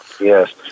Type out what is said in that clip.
Yes